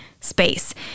space